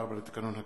44 לתקנון הכנסת.